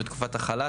בתקופת החל"ת,